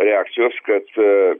reakcijos kad